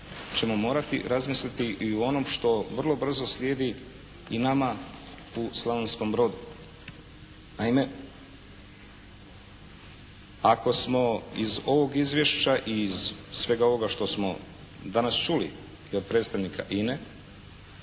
ćemo morati razmisliti i o onom što vrlo brzo slijedi i nama u Slavonskom Brodu. Naime, ako smo iz ovog izvješća i svega ovoga što smo danas čuli i od predstavnika INA-e